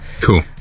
Cool